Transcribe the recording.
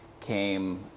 came